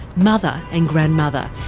mother and grandmother.